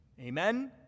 Amen